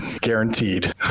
Guaranteed